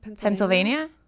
Pennsylvania